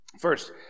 First